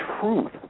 truth